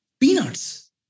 Peanuts